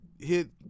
hit